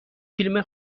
فیلم